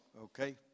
okay